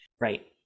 Right